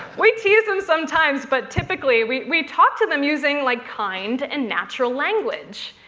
we tease him sometimes. but typically, we we talk to them using, like, kind and natural language.